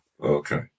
Okay